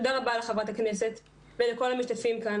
תודה רבה לחברת הכנסת ולכל המשתתפים כאן